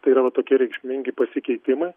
tai yra va tokie reikšmingi pasikeitimai